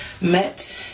met